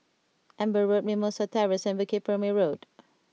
Amber Road Mimosa Terrace and Bukit Purmei Road